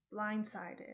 blindsided